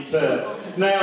Now